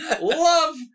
love